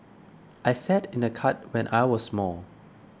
I sat in a cart when I was small